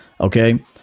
okay